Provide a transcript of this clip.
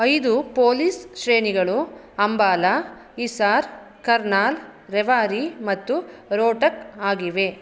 ಐದು ಪೊಲೀಸ್ ಶ್ರೇಣಿಗಳು ಅಂಬಾಲಾ ಇಸ್ಸಾರ್ ಕರ್ನಾಲ್ ರೆವಾರಿ ಮತ್ತು ರೋಟಕ್ ಆಗಿವೆ